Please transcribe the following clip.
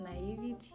naivety